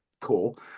cool